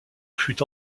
fut